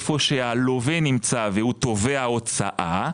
היכן שנמצא הלווה והוא תובע הוצאה,